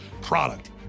product